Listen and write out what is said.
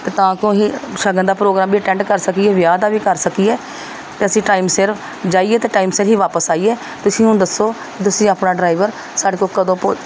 ਤਾਂ ਕੋ ਅਸੀਂ ਸ਼ਗਨ ਦਾ ਪ੍ਰੋਗਰਾਮ ਵੀ ਅਟੈਂਡ ਕਰ ਸਕੀਏ ਵਿਆਹ ਦਾ ਵੀ ਕਰ ਸਕੀਏ ਅਤੇ ਅਸੀਂ ਟਾਈਮ ਸਿਰ ਜਾਈਏ ਅਤੇ ਟਾਈਮ ਸਿਰ ਹੀ ਵਾਪਿਸ ਆਈਏ ਤੁਸੀਂ ਹੁਣ ਦੱਸੋ ਤੁਸੀਂ ਆਪਣਾ ਡਰਾਈਵਰ ਸਾਡੇ ਕੋਲ ਕਦੋਂ ਭੋ